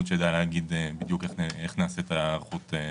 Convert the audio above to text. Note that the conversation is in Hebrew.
שידע להגיד בדיוק איך נעשית ההיערכות בפועל.